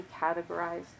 categorized